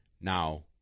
now